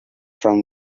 from